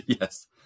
yes